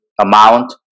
amount